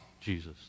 Jesus